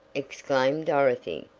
exclaimed dorothy,